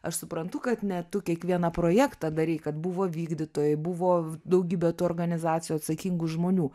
aš suprantu kad ne tu kiekvieną projektą darei kad buvo vykdytojai buvo daugybė tų organizacijų atsakingų žmonių